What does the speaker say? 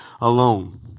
alone